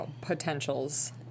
potentials